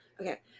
Okay